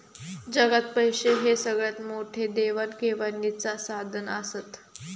जगात पैशे हे सगळ्यात मोठे देवाण घेवाणीचा साधन आसत